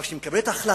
אבל כשמתקבלת החלטה,